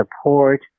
support